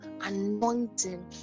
anointing